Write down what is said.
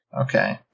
Okay